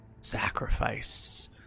sacrifice